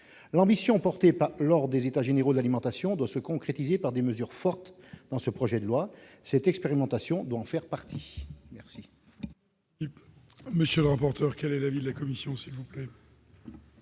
L'ambition portée lors des États généraux de l'alimentation doit se concrétiser par des mesures fortes dans ce projet de loi. Cette expérimentation doit en faire partie. Quel